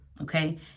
Okay